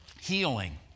Healing